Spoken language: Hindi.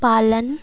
पालन